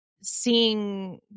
seeing